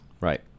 Right